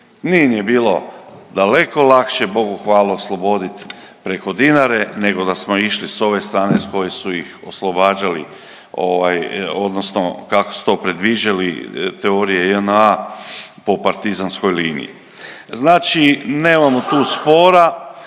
ni bilo daleko lakše, Bogu hvala, osloboditi preko Dinare nego da smo išli s ove strane s kojih su ih oslobađali, ovaj, odnosno kako su to predviđali teorije JNA po partizanskoj liniji. Znači nemamo tu spora